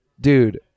dude